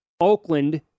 Oakland